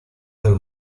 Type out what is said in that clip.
del